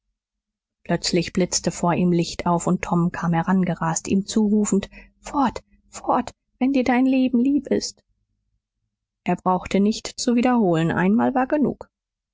plötzlich blitzte vor ihm licht auf und tom kam herangerast ihm zurufend fort fort wenn dir dein leben lieb ist er brauchte nicht zu wiederholen einmal war genug